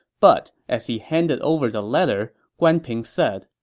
but as he handed over the letter, guan ping said,